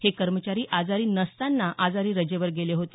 हे कर्मचारी आजारी नसताना आजारी रजेवर गेले होते